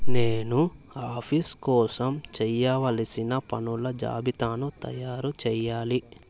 నేను ఆఫీస్ కోసం చేయవలసిన పనుల జాబితాను తయారు చేయాలి